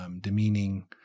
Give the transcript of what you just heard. demeaning